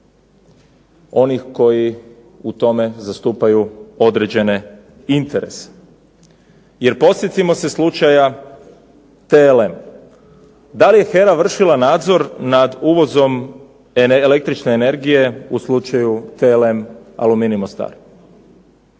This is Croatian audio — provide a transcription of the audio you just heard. onih koji u tome zastupaju određene interese. Jer podsjetimo se slučaja TLM. Da li je HERA vršila nadzor nad uvozom električne energije u slučaju TLM Aluminij Mostar.